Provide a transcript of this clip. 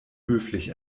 höflich